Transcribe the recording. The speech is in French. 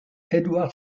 edward